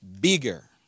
bigger